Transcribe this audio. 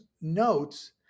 notes